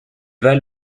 val